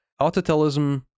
Autotelism